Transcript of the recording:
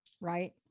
right